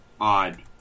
odd